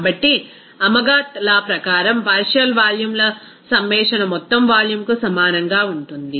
కాబట్టి Amagat law ప్రకారం partial వాల్యూమ్ల సమ్మషన్ మొత్తం వాల్యూమ్కు సమానంగా ఉంటుంది